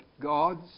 God's